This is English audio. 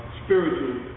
spiritual